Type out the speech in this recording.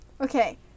Okay